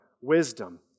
wisdom